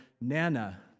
nana